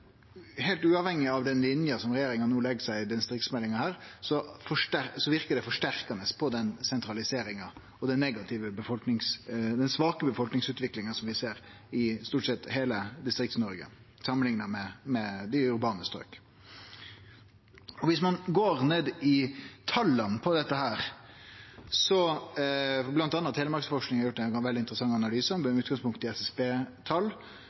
Heilt uavhengig av den linja som regjeringa no legg seg på i denne distriktsmeldinga, styrkjer han sentraliseringa og den svake befolkningsutviklinga som vi ser i stort sett heile Distrikts-Noreg, samanlikna med dei urbane strøka. Viss ein går ned i tala på dette – bl.a. Telemarksforsking har gjort ein veldig interessant analyse med utgangspunkt i